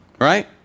right